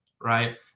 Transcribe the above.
right